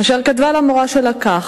אשר כתבה למורה שלה כך: